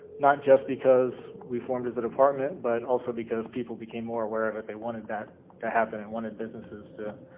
not just because we formed as a department, but also because people became more aware of it. they wanted that to happen and wanted businesses to